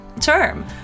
term